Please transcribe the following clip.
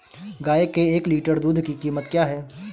गाय के एक लीटर दूध की कीमत क्या है?